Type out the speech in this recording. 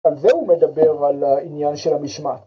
‫על זה הוא מדבר ו‫על העניין של המשמעת.